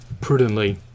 prudently